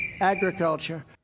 agriculture